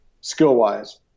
skill-wise